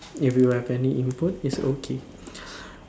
if you have any input is okay